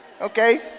okay